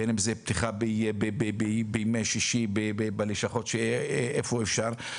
בין אם זאת פתיחה בימי שישי בלשכות בהן זה ניתן וכולי,